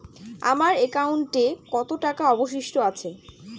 আমার একাউন্টে কত টাকা অবশিষ্ট আছে?